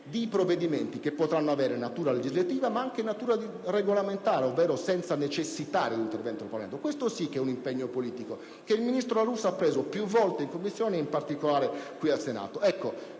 di provvedimenti che potranno avere natura legislativa, ma anche regolamentare, ovvero senza la necessità di un intervento del Parlamento. Questo sì è un impegno politico che il ministro La Russa ha preso più volte in Commissione e, in particolare, qui al Senato.